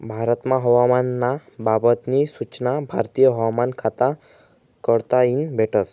भारतमा हवामान ना बाबत नी सूचना भारतीय हवामान खाता कडताईन भेटस